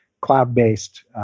cloud-based